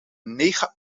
negen